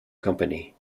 company